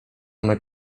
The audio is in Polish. one